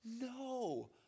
no